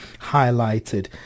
highlighted